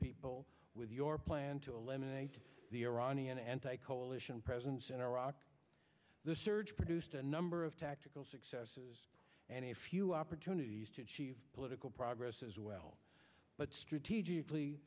people with your plan to eliminate the iranian anti coalition presence in iraq the surge produced a number of tactical successes and a few opportunities to achieve political progress as well but strategically